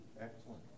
Excellent